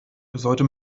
sollte